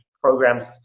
programs